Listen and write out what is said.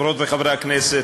חברות וחברי הכנסת,